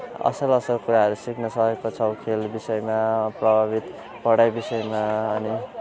असल असल कुराहरू सिक्न सकेको छौँ खेल विषयमा प्रभावित पढाइ विषयमा अनि